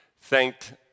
thanked